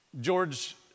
George